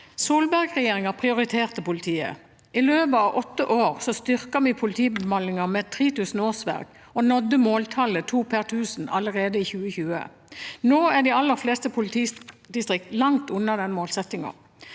Solberg-regjeringen prioriterte politiet. I løpet av åtte år styrket vi politibemanningen med 3 000 årsverk og nådde måltallet 2 politifolk per 1 000 innbyggere allerede i 2020. Nå er de aller fleste politidistrikter langt under denne målsettingen.